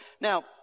Now